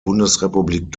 bundesrepublik